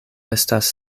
estas